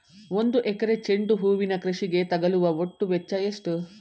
ಒಂದು ಎಕರೆ ಚೆಂಡು ಹೂವಿನ ಕೃಷಿಗೆ ತಗಲುವ ಒಟ್ಟು ವೆಚ್ಚ ಎಷ್ಟು?